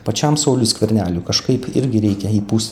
pačiam sauliui skverneliui kažkaip irgi reikia įpūsti